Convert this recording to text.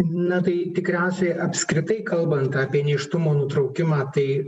na tai tikriausiai apskritai kalbant apie nėštumo nutraukimą tai